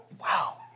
wow